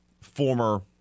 former